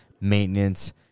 maintenance